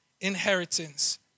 inheritance